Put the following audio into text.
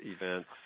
events